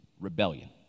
rebellion